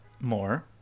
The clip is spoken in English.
more